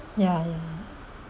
ya ya